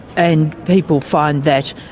and people find that,